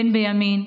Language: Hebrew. בין בימין,